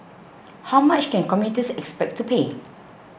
how much can commuters expect to pay